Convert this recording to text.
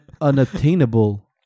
unattainable